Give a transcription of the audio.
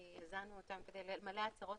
כי יזמנו אותם כדי --- כל